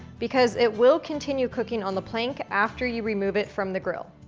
because it will continue cooking on the plank after you remove it from the grill.